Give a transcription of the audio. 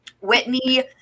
Whitney